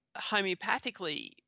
homeopathically